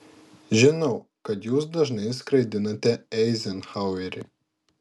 žinau kad jūs dažnai skraidinate eizenhauerį